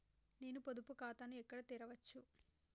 నేను పొదుపు ఖాతాను ఎక్కడ తెరవచ్చు?